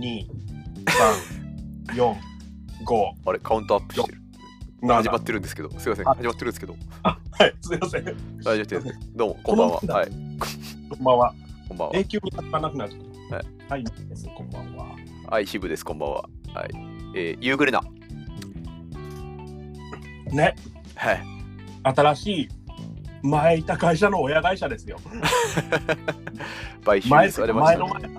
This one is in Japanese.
二、三、四、五。あれ、カウントアップしてる。六、始まってるんですけど。すいません。七。あ、始まってるんですけど。はい。すいません。大丈夫です。すいません。どうも、こんばんは。こんばんは。はい。こんばんは。こんばんは。永久に立たなくなる。はい。はい、ですね。こんばんは。はい、ヒブです。こんばんは。はい。えー、夕暮れな。ね。はい。新しい、前いた会社の親会社ですよ。 買収されましたね。前- 前の前。